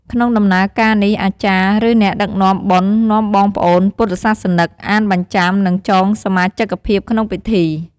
ក្នុងដំណើរការនេះ អាចារ្យ ឬអ្នកដឹកនាំបុណ្យនាំបងប្អូនពុទ្ធសាសនិកអានបញ្ចាំនិងចងសមាជិកភាពក្នុងពិធី។